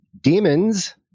demons